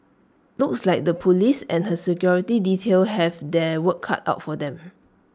looks like the Police and her security detail have their work cut out for them